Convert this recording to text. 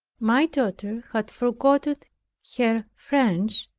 my daughter had forgotten her french,